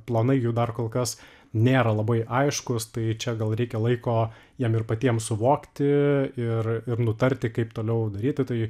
planai jų dar kol kas nėra labai aiškūs tai čia gal reikia laiko jiem ir patiem suvokti ir ir nutarti kaip toliau daryti tai